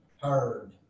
heard